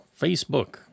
facebook